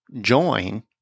join